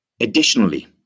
Additionally